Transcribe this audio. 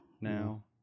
Now